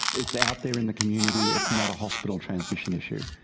it's out there in the community, it's not a hospital transmission issue.